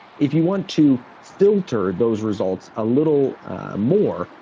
if you want to filter those results a little more,